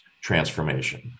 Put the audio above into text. transformation